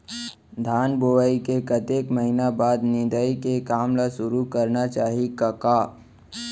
धान बोवई के कतेक महिना बाद निंदाई के काम ल सुरू करना चाही कका?